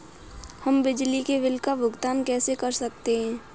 हम बिजली के बिल का भुगतान कैसे कर सकते हैं?